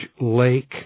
lake